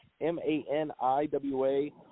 M-A-N-I-W-A